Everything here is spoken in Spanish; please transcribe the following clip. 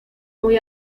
muy